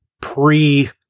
pre